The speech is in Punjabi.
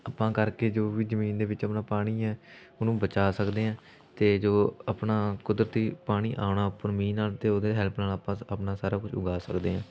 ਆਪਾਂ ਕਰਕੇ ਜੋ ਵੀ ਜ਼ਮੀਨ ਦੇ ਵਿੱਚ ਆਪਣਾ ਪਾਣੀ ਹੈ ਉਹਨੂੰ ਬਚਾ ਸਕਦੇ ਹਾਂ ਅਤੇ ਜੋ ਆਪਣਾ ਕੁਦਰਤੀ ਪਾਣੀ ਆਉਣਾ ਉੱਪਰ ਮੀਂਹ ਨਾਲ ਅਤੇ ਉਹਦੀ ਹੈਲਪ ਨਾਲ ਆਪਾਂ ਆਪਣਾ ਸਾਰਾ ਕੁਛ ਉਗਾ ਸਕਦੇ ਹਾਂ